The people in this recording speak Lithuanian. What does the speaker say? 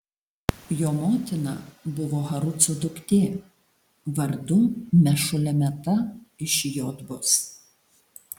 jo motina buvo haruco duktė vardu mešulemeta iš jotbos